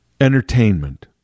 entertainment